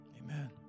Amen